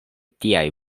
tiaj